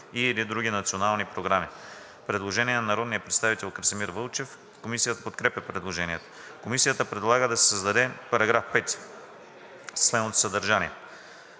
и/или други национални програми.“ Предложение на народния представител Красимир Вълчев. Комисията подкрепя предложението. Комисията предлага да се създаде § 5: „§ 5.